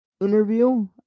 interview